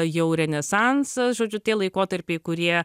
jau renesansas žodžiu tie laikotarpiai kurie